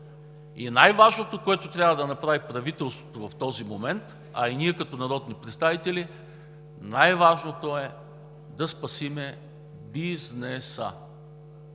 Най-важното, което трябва да направи правителството в този момент, а и ние като народни представители, най-важното е да спасим бизнеса.